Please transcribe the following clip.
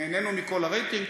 נהנו מכל הרייטינג.